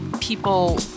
people